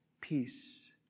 peace